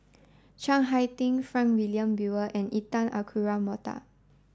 Chiang Hai Ding Frank Wilmin Brewer and Intan Azura Mokhtar